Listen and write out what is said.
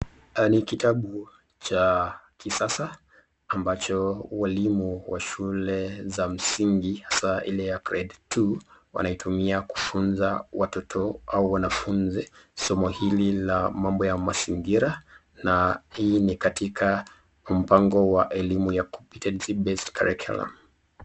Ni kitabu cha kisasa ambacho walimu wa shule za msingi hasa ile ya grade two wanaitumia kufunza watoto au wanafunzi somo hili la mambo ya mazingira. Na hii ni katika mpango wa elimu ya competency based curriculum .